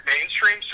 mainstream